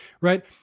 Right